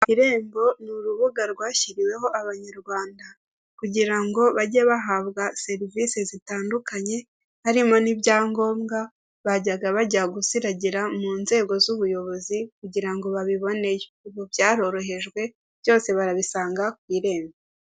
Irembo ni urubuga rwashyiriweho abanyarwanda, kugira ngo bajye bahabwa serivisi zitandukanye harimo n'ibyangombwa, bajyaga bajya gusiragira mu nzego z'ubuyobozi kugira ngo babiboneyo. Ubu byarorohejwe byose barabisanga ku irembo.